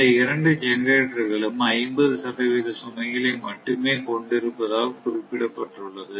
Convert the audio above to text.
இந்த இரண்டு ஜெனரேட்டர் களும் 50 சதவீத சுமைகளை மட்டுமே கொண்டு இருப்பதாக குறிப்பிடப்பட்டுள்ளது